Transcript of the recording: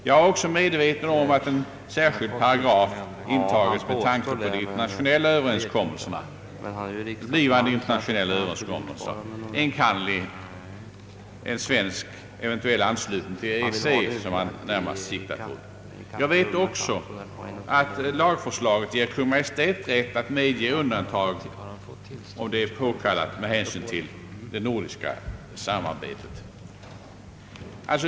Jag är också medveten om att en särskild paragraf intagits med tanke på de blivande internationella överenskommelserna, enkannerligen en svensk eventuell anslutning till EEC. Jag vet också att lagförslaget ger Kungl. Maj:t rätt att medge undantag om det är påkallat med hänsyn till det nordiska samarbetet.